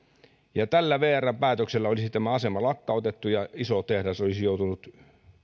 tällä vrn päätöksellä olisi tämä asema lakkautettu ja iso tehdas olisi joutunut